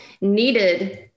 needed